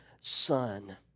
son